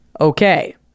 Okay